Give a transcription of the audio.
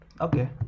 okay